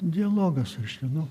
dialogas reiškia nu